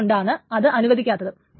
അതു കൊണ്ട് ആണ് അത് അനുവദിക്കാത്തത്